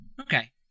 Okay